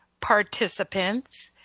participants